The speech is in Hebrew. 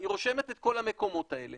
היא רושמת את כל המקומות האלה